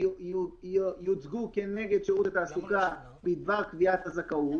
שיוצגו כנגד שירות התעסוקה בדבר קביעת הזכאות.